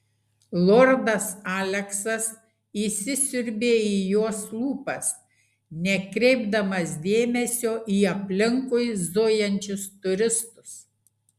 lordas aleksas įsisiurbė į jos lūpas nekreipdamas dėmesio į aplinkui zujančius turistus